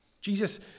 Jesus